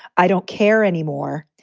i don't care anymore.